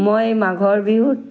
মই মাঘৰ বিহুত